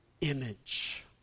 image